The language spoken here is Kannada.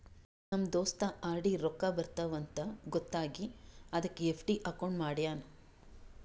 ನಮ್ ದೋಸ್ತ ಆರ್.ಡಿ ರೊಕ್ಕಾ ಬರ್ತಾವ ಅಂತ್ ಗೊತ್ತ ಆಗಿ ಅದಕ್ ಎಫ್.ಡಿ ಅಕೌಂಟ್ ಮಾಡ್ಯಾನ್